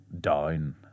down